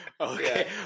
Okay